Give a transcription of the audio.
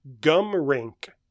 gum-rink